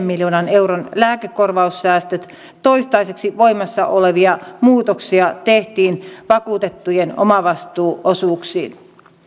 miljoonan euron lääkekorvaussäästöt toistaiseksi voimassa olevia muutoksia tehtiin vakuutettujen omavastuuosuuksiin